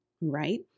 Right